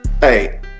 hey